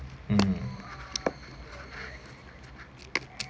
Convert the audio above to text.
mm